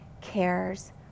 cares